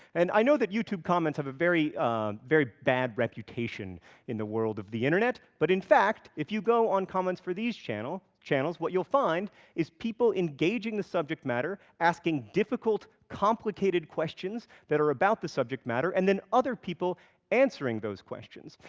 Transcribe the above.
and i know that youtube comments have a very very bad reputation in the world of the internet, but in fact, if you go on comments for these channels, what you'll find is people engaging the subject matter, asking difficult, complicated questions that are about the subject matter, and then other people answering those questions.